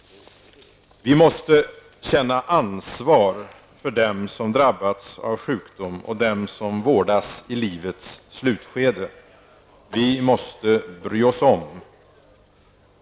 Vi måste känna ansvar för dem som drabbats av sjukdom och för dem som vårdas i livets slutskede. Vi måste bry oss om!